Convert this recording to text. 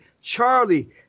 Charlie